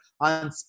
on